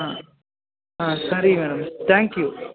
ಹಾಂ ಹಾಂ ಸರಿ ಮೇಡಮ್ ತ್ಯಾಂಕ್ ಯು